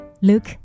Look